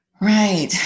Right